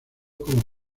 como